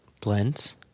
Blends